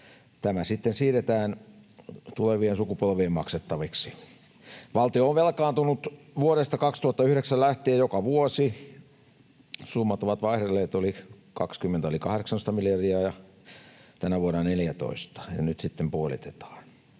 tämä sitten siirretään tulevien sukupolvien maksettavaksi. Valtio on velkaantunut vuodesta 2009 lähtien joka vuosi. Summat ovat vaihdelleet: vuonna 20 oli 18 miljardia, tänä vuonna 14, ja nyt sitten puolitetaan.